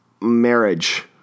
marriage